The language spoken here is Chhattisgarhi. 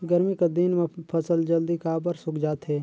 गरमी कर दिन म फसल जल्दी काबर सूख जाथे?